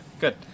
good